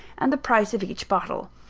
and the price of each bottle.